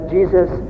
Jesus